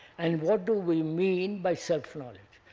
and what do we mean by self-knowledge?